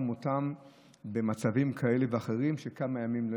שעונים על העלויות הכלכליות של הפרויקט.